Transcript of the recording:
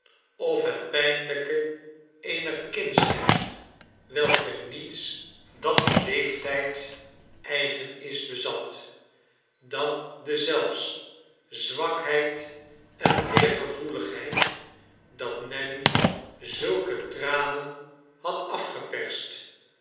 of het pijnlijke eener kindsheid welke niets dat dien leeftijd eigen is bezat dan deszelfs zwakheid en teergevoeligheid dat nelly zulke tranen had afgeperst